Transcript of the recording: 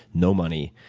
no money